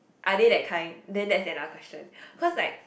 are they that kind then that's another question cause like